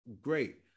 great